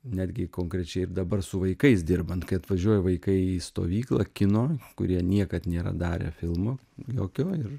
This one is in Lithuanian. netgi konkrečiai ir dabar su vaikais dirbant kai atvažiuoja vaikai į stovyklą kino kurie niekad nėra darę filmo jokio ir